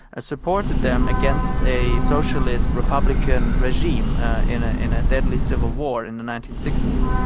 ah supported them against a socialist, republican regime in ah in a deadly civil war in the nineteen sixty s.